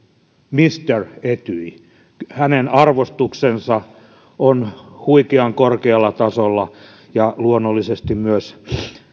mister etyj hänen arvostuksensa on huikean korkealla tasolla ja luonnollisesti myös